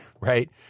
right